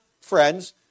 friends